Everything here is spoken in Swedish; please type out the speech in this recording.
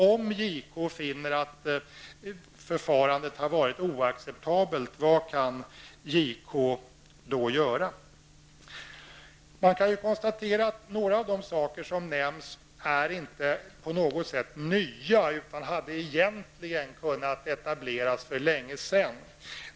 Om JK finner att förfarandet har varit oacceptabelt, vad kan han då göra? Man kan konstatera att några av de åtgärder som nämns inte på något sätt är nya, utan hade kunnat åtgärdas för länge sedan.